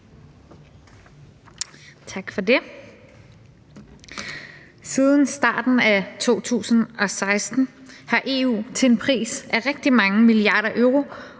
Tak for det. Siden starten af 2016 har EU til en pris af rigtig mange milliarder euro